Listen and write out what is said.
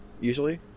usually